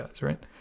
right